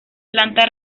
planta